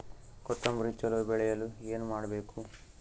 ಕೊತೊಂಬ್ರಿ ಚಲೋ ಬೆಳೆಯಲು ಏನ್ ಮಾಡ್ಬೇಕು?